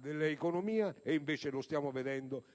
dell'economia: invece - lo stiamo vedendo - cominciamo